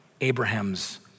Abraham's